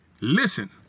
listen